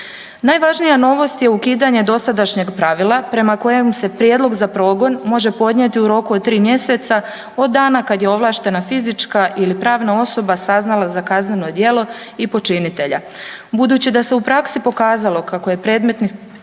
Najvažnija novost je ukidanje dosadašnjeg pravila prema kojem se prijedlog za progon može podnijeti u roku od tri mjeseca od dana kada je ovlaštena fizička ili pravna osoba saznala za kazneno djelo i počinitelja. Budući da se u praksi pokazalo kako je predmetni